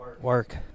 Work